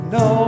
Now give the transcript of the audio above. no